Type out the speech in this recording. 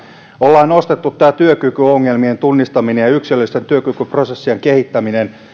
olemme nostaneet tämän työkykyongelmien tunnistamisen ja yksilöllisten työkykyprosessien kehittämisen